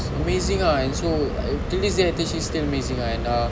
amazing ah so till this day she's still amazing ah and